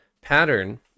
Pattern